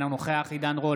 אינו נוכח עידן רול,